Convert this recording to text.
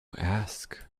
ask